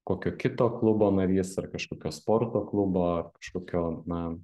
kokio kito klubo narys ar kažkokio sporto klubo ar kažkokio na